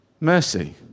mercy